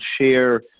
share